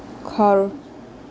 ঘৰ